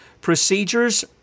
procedures